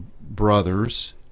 brothers